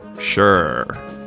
sure